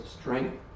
strength